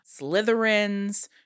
Slytherins